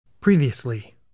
Previously